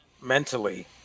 mentally